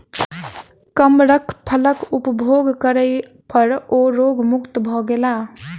कमरख फलक उपभोग करै पर ओ रोग मुक्त भ गेला